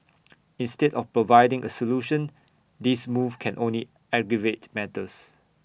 instead of providing A solution this move can only aggravate matters